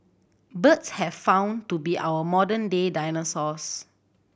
birds have found to be our modern day dinosaurs